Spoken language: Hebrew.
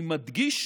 אני מדגיש